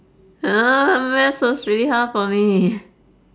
maths was really hard for me